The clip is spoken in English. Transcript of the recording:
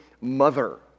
mother